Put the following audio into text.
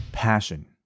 passion